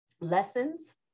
lessons